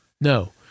No